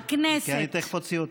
כי אני תכף אוציא אותך.